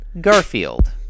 Garfield